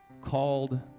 Called